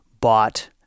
bought